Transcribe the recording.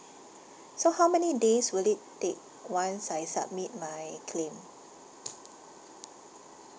so how many days will it take once I submit my claim